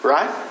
Right